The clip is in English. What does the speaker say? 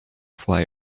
fly